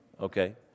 Okay